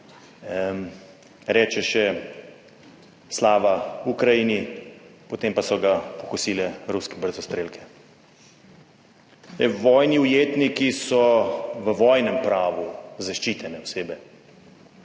Reče še, slava Ukrajini, potem pa so ga pokosile ruske brzostrelke. Vojni ujetniki so v vojnem pravu zaščitene osebe.